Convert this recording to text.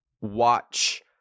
watch